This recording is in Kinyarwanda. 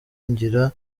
ngira